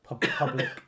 public